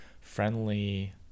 friendly